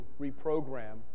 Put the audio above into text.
reprogram